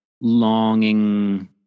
longing